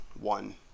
one